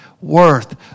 worth